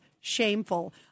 shameful